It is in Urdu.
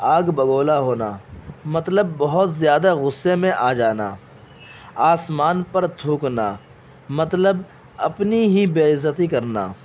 آگ بگولا ہونا مطلب بہت زیادہ غصے میں آ جانا آسمان پر تھوکنا مطلب اپنی ہی بےعزتی کرنا